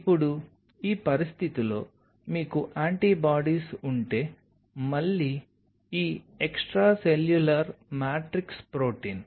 ఇప్పుడు ఈ పరిస్థితిలో మీకు యాంటీబాడీస్ ఉంటే మళ్లీ ఈ ఎక్స్ట్రాసెల్యులర్ మ్యాట్రిక్స్ ప్రోటీన్